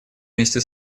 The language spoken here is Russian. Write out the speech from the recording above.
вместе